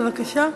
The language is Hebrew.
בבקשה.